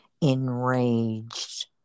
enraged